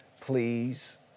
Please